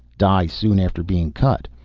die soon after being cut.